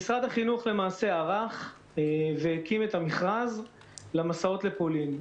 משרד החינוך ערך והקים את המכרז למסעות לפולין.